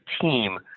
team